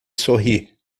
sorri